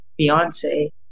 beyonce